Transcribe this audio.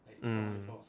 mm